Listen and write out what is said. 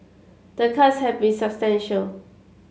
the cuts have been substantial